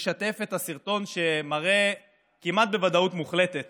לשתף את הסרטון שמראה כמעט בוודאות מוחלטת